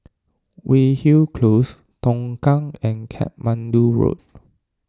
Weyhill Close Tongkang and Katmandu Road